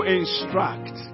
instruct